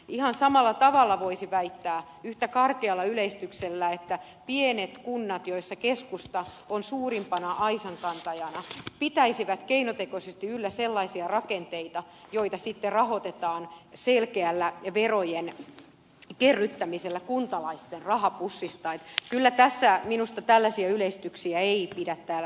ihan samalla tavalla voisi väittää yhtä karkealla yleistyksellä että pienet kunnat joissa keskusta on suurimpana aisankantajana pitäisivät keinotekoisesti yllä sellaisia rakenteita joita sitten rahoitetaan selkeällä verojen kerryttämisellä kuntalaisten rahapussista että kyllä tässä minusta tällaisia yleistyksiä ei pidä täällä